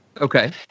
Okay